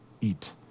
eat